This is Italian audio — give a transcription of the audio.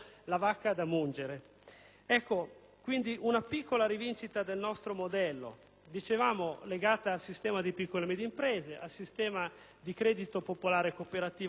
Ecco, quindi una piccola rivincita del nostro modello, legato al sistema di piccole e medie imprese, al sistema di credito popolare cooperativo che sta dietro,